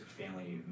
family